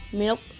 milk